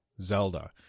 Zelda